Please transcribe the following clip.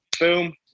Boom